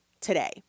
today